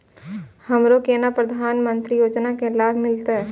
हमरो केना प्रधानमंत्री योजना की लाभ मिलते?